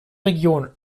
region